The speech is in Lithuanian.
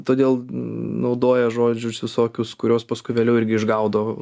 todėl naudoja žodžius visokius kuriuos paskui vėliau irgi išgaudo